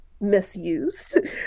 misused